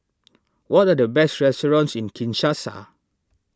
what are the best restaurants in Kinshasa